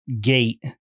gate